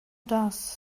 does